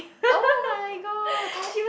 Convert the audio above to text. oh-my-god